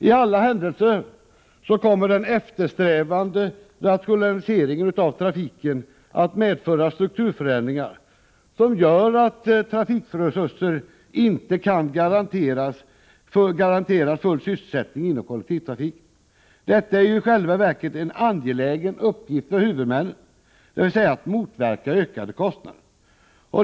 I alla händelser kommer den eftersträvade rationaliseringen av trafiken att medföra strukturförändringar som gör att trafikresurser inte kan garanteras full sysselsättning inom kollektivtrafiken. Detta är i själva verket en angelägen uppgift för huvudmännen, dvs. att motverka ökade kostnader.